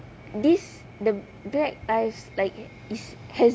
this the black eyes like it's has